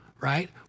right